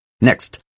Next